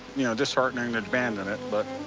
you know, disheartening to abandon it, but